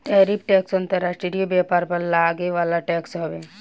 tariff tax अंतर्राष्ट्रीय व्यापार पर लागे वाला टैक्स हवे